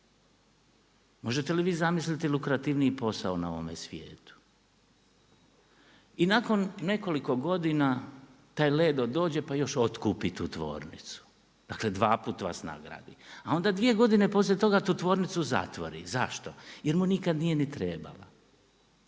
Možete li vi zamisliti lukrativniji posao na ovome svijetu? I nakon nekoliko godina, taj Ledo dođe pa još otkupi tu tvornicu. Dakle, 2 puta vas nagradi. A onda 2 godine poslije toga, tu tvornicu zatvori. Zašto? Jer mu nikad nije ni trebala.